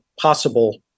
possible